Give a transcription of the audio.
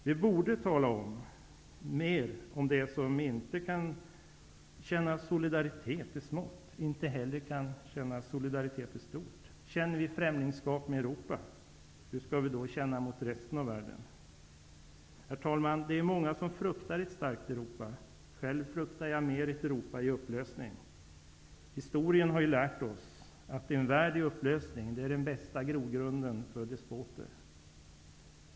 Vi borde tala mer om att den som inte kan känna solidaritet i smått inte heller kan känna solidaritet i stort. Känner vi främlingskap med Europa, hur skall vi då känna mot resten av världen? Herr talman! Det är många som fruktar ett starkt Europa. Själv fruktar jag mer ett Europa i upplösning. Historien har ju lärt oss att en värld i upplösning är den bästa grogrund för despoter.